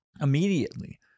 immediately